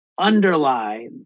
underlie